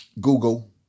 Google